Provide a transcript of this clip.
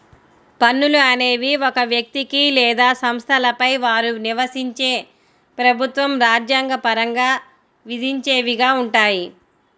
పన్నులు అనేవి ఒక వ్యక్తికి లేదా సంస్థలపై వారు నివసించే ప్రభుత్వం రాజ్యాంగ పరంగా విధించేవిగా ఉంటాయి